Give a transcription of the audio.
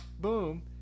boom